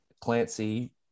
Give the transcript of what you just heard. Clancy